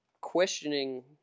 questioning